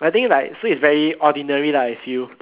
I think like so it's very ordinary lah I feel